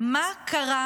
מה קרה